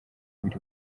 biri